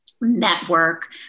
network